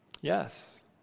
Yes